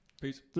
Peace